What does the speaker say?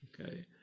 Okay